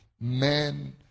men